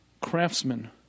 craftsman